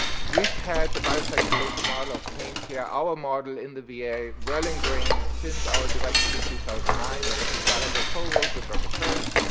we've had the biopsychosocial model of pain care, our model in the v a, well engrained since our directive in two thousand and nine. that dr. gallagher co-wrote with dr. kearns.